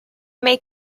may